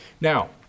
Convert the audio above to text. Now